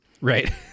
Right